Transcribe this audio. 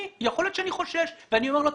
יכול להיות שאני חושש ואני אומר לו,